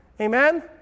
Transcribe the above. amen